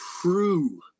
true